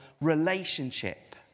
relationship